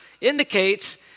indicates